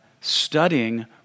studying